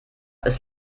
ist